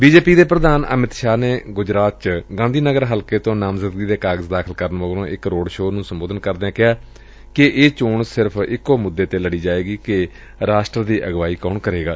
B J P ਦੇ ਪ੍ਧਾਨ ਅਮਿਤ ਸ਼ਾਹ ਨੇ ਗੁਜਰਾਤ ਚ ਗਾਂਧੀ ਨਗਰ ਹਲਕੇ ਤੋਂ ਨਾਮਜ਼ਦਗੀ ਦੇ ਕਾਗਜ਼ ਦਾਖਲ ਕਰਨ ਮਗਰੋਂ ਇਕ ਰੋਡ ਸ਼ੋਅ ਨੂੰ ਸੰਬੋਧਨ ਕਰਦਿਆਂ ਕਿਹਾ ਕਿ ਇਹ ਚੋਣ ਸਿਰਫ਼ ਇਕੋ ਮੁੱਦੇ ਤੇ ਲੜੀ ਜਾਏਗੀ ਕਿ ਰਾਸ਼ਟਰ ਦੀ ਅਗਵਾਈ ਕੌਣ ਕਰੇਗਾ